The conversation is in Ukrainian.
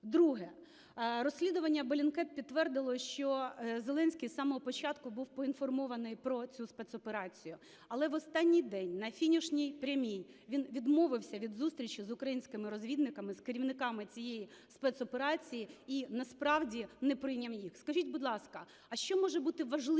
Друге. Розслідування Bellingcat підтвердило, що Зеленський з самого початку був поінформований про цю спецоперацію. Але в останній день на фінішній прямій він відмовився від зустрічі з українськими розвідниками, з керівниками цієї спецоперації і насправді не прийняв їх. Скажіть, будь ласка, а що може бути важливіше